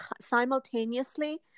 simultaneously